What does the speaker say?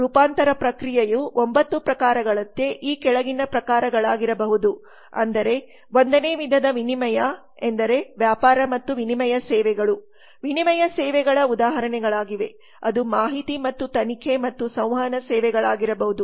ರೂಪಾಂತರ ಪ್ರಕ್ರಿಯೆಯು 9 ಪ್ರಕಾರಗಳಂತೆ ಈ ಕೆಳಗಿನ ಪ್ರಕಾರಗಳಾಗಿರಬಹುದು ಅಂದರೆ 1 ನೇ ವಿಧದ ವಿನಿಮಯ ಎಂದರೆ ವ್ಯಾಪಾರ ಮತ್ತು ವಿನಿಮಯ ಸೇವೆಗಳು ವಿನಿಮಯ ಸೇವೆಗಳ ಉದಾಹರಣೆಗಳಾಗಿವೆ ಅದು ಮಾಹಿತಿ ಮತ್ತು ತನಿಖೆ ಮತ್ತು ಸಂವಹನ ಸೇವೆಗಳಾಗಿರಬಹುದು